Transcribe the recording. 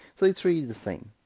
so it's really the same